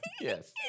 Yes